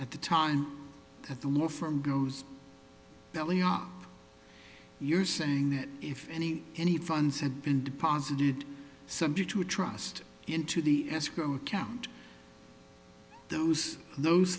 at the time that the law from goes belly up you're saying that if any any funds had been deposited subject to a trust into the escrow account those those